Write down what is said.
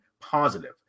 positive